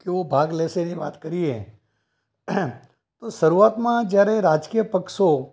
કેવો ભાગ લેશે એની વાત કરીએ તો શરૂઆતમાં જયારે રાજકીય પક્ષો